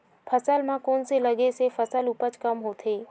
फसल म कोन से लगे से फसल उपज कम होथे?